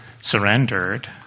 surrendered